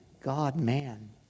God-man